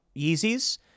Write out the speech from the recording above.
Yeezy's